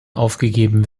aufgegeben